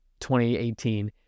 2018